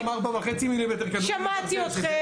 שמעתי אתכם.